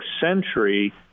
century